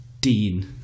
Dean